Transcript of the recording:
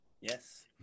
yes